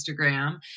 Instagram